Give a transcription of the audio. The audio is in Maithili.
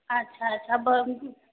अच्छा अच्छा